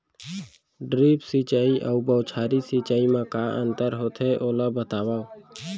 Drip सिंचाई अऊ बौछारी सिंचाई मा का अंतर होथे, ओला बतावव?